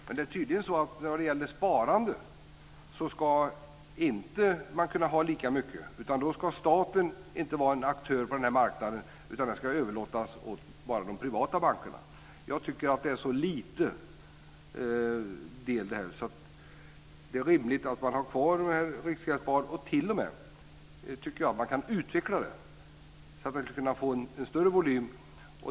Men när det gäller sparande ska man tydligen inte kunna ha lika mycket. Då ska staten inte vara en aktör på denna marknad, utan den ska överlåtas åt bara de privata bankerna. Jag tycker att detta rör sig om en så liten del att det är rimligt att man har kvar Riksgäldsspar. Jag tycker t.o.m. att man kan utveckla det så att det kan få större volym.